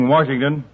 Washington